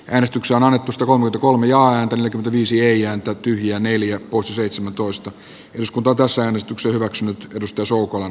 eristykseen oletusta tuonut kolme ja ajatellen kriisi ei jää tyhjää neljä plus seitsemäntoista syyskuuta kansanäänestyksen hyväksynyt kalusto suukon